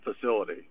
facility